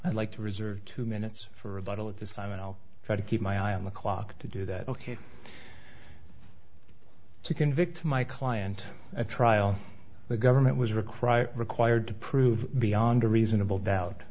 i'd like to reserve two minutes for rebuttal at this time and i'll try to keep my eye on the clock to do that ok to convict my client at trial the government was required required to prove beyond a reasonable doubt